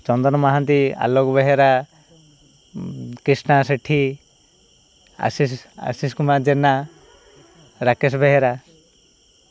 Chandan Mohanty Alok Behera Krishna Sethi Ashish Ashish Kumar Jena Rakesh Behera